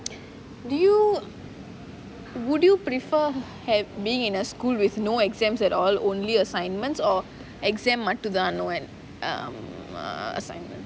do you would you prefer have being in a school with no exams at all only assignment or exam மட்டும் தான்:mattum thaan but no assignment